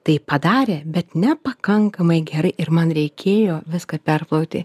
taip padarė bet nepakankamai gerai ir man reikėjo viską perplauti